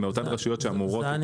מאותן רשויות שאמורות --- זה כן השתנה.